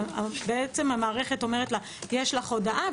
בעצם המערכת אומרת לה: יש לך הודעה,